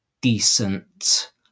decent